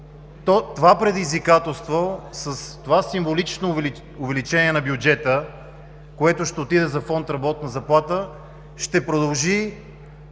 Това предизвикателство с това символично увеличение на бюджета, което ще отиде за фонд „Работна заплата“, ще продължи